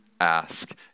ask